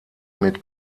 mit